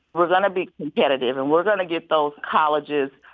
we're going to be competitive. and we're going to get those colleges,